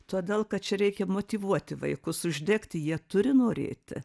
todėl kad čia reikia motyvuoti vaikus uždegti jie turi norėti